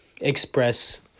express